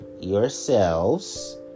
yourselves